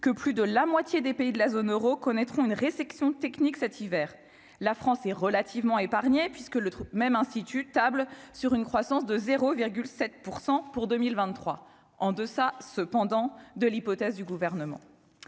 que plus de la moitié des pays de la zone Euro connaîtront une récession technique cet hiver, la France est relativement épargnée puisque le truc même instituts tablent sur une croissance de 0 7 % pour 2023 en deçà cependant de l'hypothèse du gouvernement